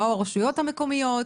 באו הרשויות המקומיות,